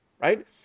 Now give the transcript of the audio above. right